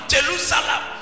Jerusalem